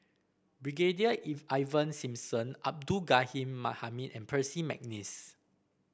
Brigadier Ivan Simson Abdul Ghani Hamid and Percy McNeice